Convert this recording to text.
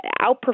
outperform